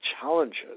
challenges